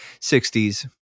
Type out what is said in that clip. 60s